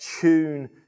tune